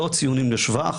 לא ציונים לשבח